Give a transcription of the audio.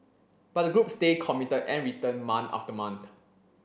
but the group stay committed and returned month after month